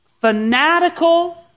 fanatical